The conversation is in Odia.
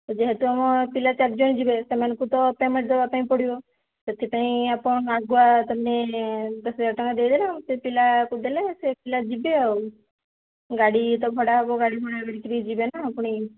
ଯେହେତୁ ଆମ ପିଲା ଚାରି ଜଣ ଯିବେ ସେମାନଙ୍କୁ ତ ପେମେଣ୍ଟ ଦେବା ପାଇଁ ପଡ଼ିବ ସେଥିପାଇଁ ଆପଣ ଆଗୁଆ ତା'ମାନେ ଦଶ ହଜାର ଟଙ୍କା ଦେଇ ଦେଲେ ଆମେ ସେ ପିଲାକୁ ଦେଲେ ସେ ପିଲା ଯିବେ ଆଉ ଗାଡ଼ି ତ ଭଡ଼ା ହବ ଗାଡ଼ି ଭଡ଼ା ଯିବେ ନା ପୁଣି